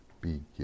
begin